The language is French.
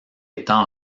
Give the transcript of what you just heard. étant